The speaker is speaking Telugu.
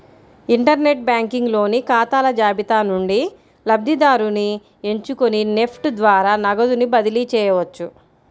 ఇంటర్ నెట్ బ్యాంకింగ్ లోని ఖాతాల జాబితా నుండి లబ్ధిదారుని ఎంచుకొని నెఫ్ట్ ద్వారా నగదుని బదిలీ చేయవచ్చు